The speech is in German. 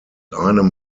einem